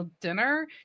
dinner